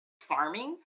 farming